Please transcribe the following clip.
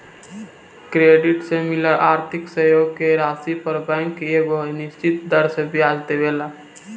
credit से मिलल आर्थिक सहयोग के राशि पर बैंक एगो निश्चित दर से ब्याज लेवेला